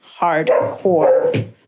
hardcore